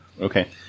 Okay